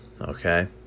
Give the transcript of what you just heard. okay